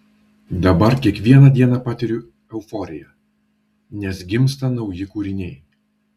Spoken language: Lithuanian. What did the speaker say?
dabar kiekvieną dieną patiriu euforiją nes gimsta nauji kūriniai